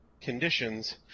conditions